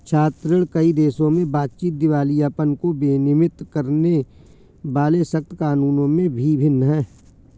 छात्र ऋण, कई देशों में बातचीत, दिवालियापन को विनियमित करने वाले सख्त कानूनों में भी भिन्न है